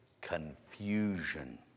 confusion